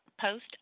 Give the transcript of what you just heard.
Post